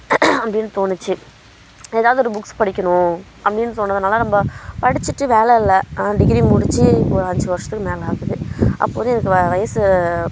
அப்படின்னு தோணுச்சு ஏதாவது ஒரு புக்ஸ் படிக்கணும் அப்படின்னு தோணுனதுனால் நம்ம படிச்சிட்டு வேலை இல்லை டிகிரி முடித்து இப்போ ஒரு அஞ்சு வருடத்துக்கு மேலே ஆகுது அப்போ வந்து எனக்கு வ வயது